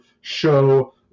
show